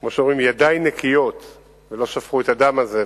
כמו שאומרים, ידי נקיות ולא שפכו את הדם הזה.